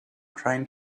trying